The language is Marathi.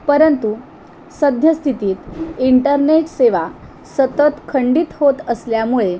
परंतु सद्यस्थितीत इंटरनेट सेवा सतत खंडित होत असल्यामुळे